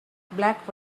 black